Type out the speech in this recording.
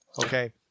okay